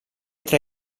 tra